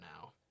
now